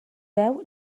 deu